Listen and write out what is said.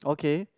okay